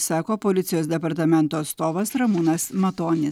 sako policijos departamento atstovas ramūnas matonis